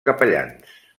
capellans